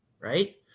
right